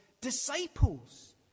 disciples